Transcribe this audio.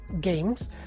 games